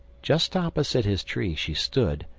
just opposite his tree she stood,